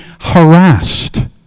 harassed